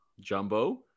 Jumbo